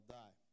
die